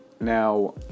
Now